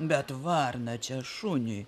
bet varna čia šuniui